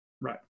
Right